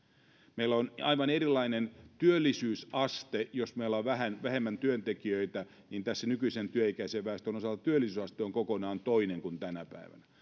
meillä on aivan erilainen työllisyysaste jos meillä on vähän vähemmän työntekijöitä niin työikäisen väestön osalta työllisyysaste on kokonaan toinen kuin tänä päivänä